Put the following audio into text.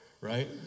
right